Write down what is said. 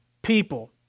people